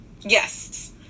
Yes